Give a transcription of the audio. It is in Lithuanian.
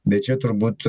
bet čia turbūt